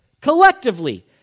Collectively